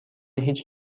هیچ